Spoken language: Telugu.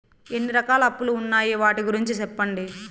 ఎన్ని రకాల అప్పులు ఉన్నాయి? వాటి గురించి సెప్పండి?